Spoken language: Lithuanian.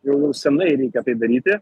jau jau senai reikia tai daryti